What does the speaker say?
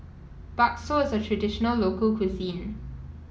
Bakso is a traditional local cuisine